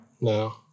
No